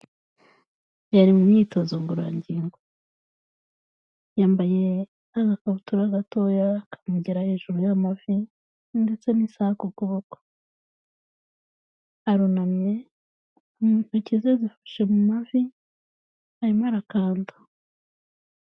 Yari mu myitozo ngororangingo. Yambaye agakabutura gatoya kamugera hejuru y'amavi, ndetse n'isaha ku kuboko. Arunamye, intoki ze zifashe mu mavi arimo arakanda.